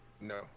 No